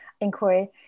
inquiry